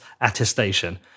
attestation